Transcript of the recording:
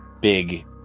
big